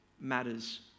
matters